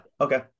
okay